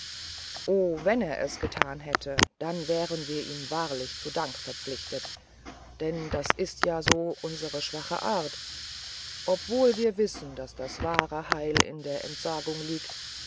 o wenn er das getan hätte dann wären wir ihm wahrlich zu dank verpflichtet denn das ist ja so unsere schwache art obwohl wir wissen daß das wahre heil in der entsagung liegt